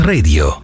Radio